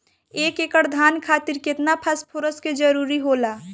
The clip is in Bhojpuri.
एक एकड़ धान खातीर केतना फास्फोरस के जरूरी होला?